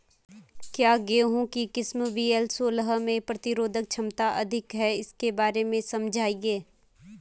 क्या गेहूँ की किस्म वी.एल सोलह में प्रतिरोधक क्षमता अधिक है इसके बारे में समझाइये?